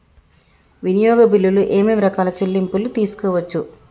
వినియోగ బిల్లులు ఏమేం రకాల చెల్లింపులు తీసుకోవచ్చు?